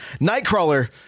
Nightcrawler